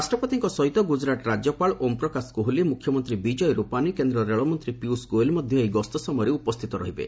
ରାଷ୍ଟ୍ରପତିଙ୍କ ସହିତ ଗୁଜରାଟ ରାଜ୍ୟପାଳ ଓମ୍ ପ୍ରକାଶ କୋହଲି ମୁଖ୍ୟମନ୍ତ୍ରୀ ବିଜୟ ରୂପାନୀ କେନ୍ଦ୍ର ରେଳମନ୍ତ୍ରୀ ପିୟୁଷ ଗୋଏଲ୍ ମଧ୍ୟ ଏହି ଗସ୍ତ ସମୟରେ ଉପସ୍ଥିତ ରହିବେ